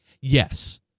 Yes